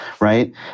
right